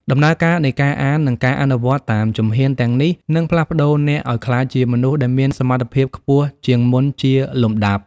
ដំណើរការនៃការអាន និងការអនុវត្តតាមជំហានទាំងនេះ នឹងផ្លាស់ប្តូរអ្នកឱ្យក្លាយជាមនុស្សដែលមានសមត្ថភាពខ្ពស់ជាងមុនជាលំដាប់។